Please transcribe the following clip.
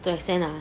the extent lah